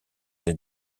des